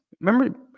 Remember